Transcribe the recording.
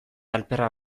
alferra